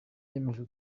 yemeje